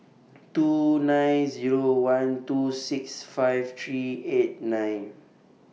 two nine Zero one two six five three eight nine